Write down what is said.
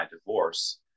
divorce